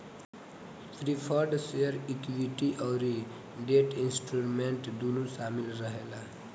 preferred share equity अउरी debt instrument दूनो शामिल रहेला